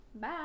Bye